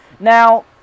Now